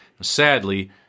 Sadly